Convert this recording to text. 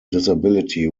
disability